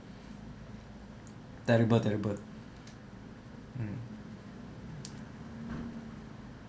terrible terrible mm